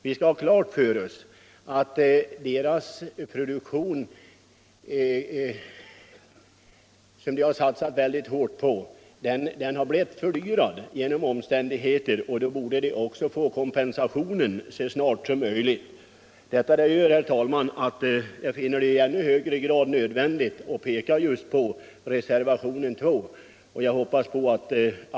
Vi skall ha klart för oss att den produktion som de satsat mycket hårt på har fördyrats genom inflationen, och då borde de också få kompensation så snart som möjligt. Det gör att jag finner reservationen 2 i ännu högre grad angelägen, och jag hoppas att kammaren kommer att stödja den reservationen.